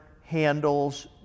handles